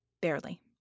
Barely